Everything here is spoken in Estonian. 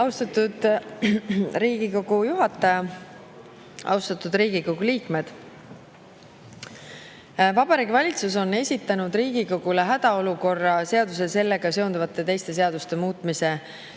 Austatud Riigikogu juhataja! Austatud Riigikogu liikmed! Vabariigi Valitsus on esitanud Riigikogule hädaolukorra seaduse [muutmise] ja sellega seonduvalt teiste seaduste muutmise